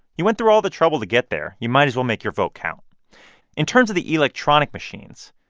you went through all the trouble to get there you might as well make your vote count in terms of the electronic machines,